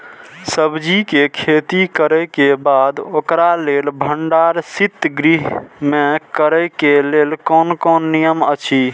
सब्जीके खेती करे के बाद ओकरा लेल भण्डार शित गृह में करे के लेल कोन कोन नियम अछि?